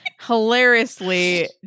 Hilariously